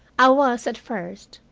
i was, at first,